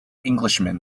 englishman